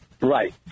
Right